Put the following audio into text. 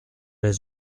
les